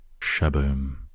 Shaboom